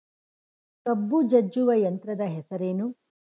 ಕಬ್ಬು ಜಜ್ಜುವ ಯಂತ್ರದ ಹೆಸರೇನು?